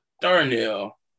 Darnell